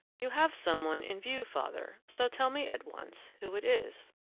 you have some one in view, father so tell me at once who it is.